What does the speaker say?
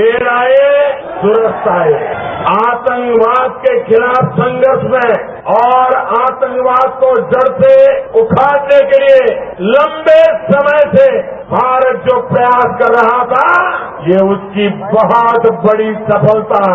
देर आये दुरूस्त आये आतंकवाद के खिलाफ संघर्ष में और आतंकवाद को जड़ से उखाड़ने के लिए लंबे समय से भारत जो प्रयास कर रहा था यह उसकी बहुत बड़ी सफलता है